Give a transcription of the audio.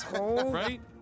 Right